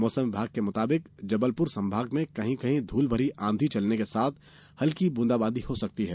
मौसम विभाग के मुताबिक जबलपुर संभाग में कहीं कहीं धूल भरी आंधी चलने के साथ हल्की बुंदाबांदी हो सकती है